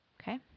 Okay